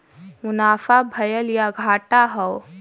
मुनाफा भयल या घाटा हौ